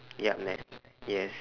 yup net yes